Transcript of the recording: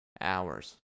hours